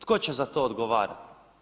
Tko će za to odgovarati?